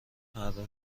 مردم